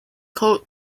called